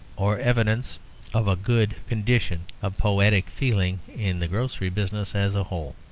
or evidence of a good condition of poetic feeling in the grocery business as a whole.